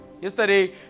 Yesterday